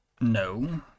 No